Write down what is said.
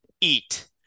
eat